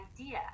idea